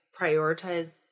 prioritize